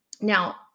Now